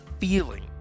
feeling